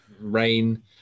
Rain